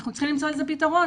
אנחנו צריכים למצוא לזה פתרון.